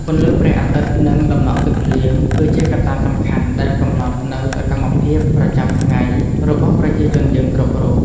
ពន្លឺព្រះអាទិត្យនិងតំណក់ទឹកភ្លៀង គឺជាកត្តាសំខាន់ដែលកំណត់នូវសកម្មភាពប្រចាំថ្ងៃរបស់ប្រជាជនយើងគ្រប់រូប។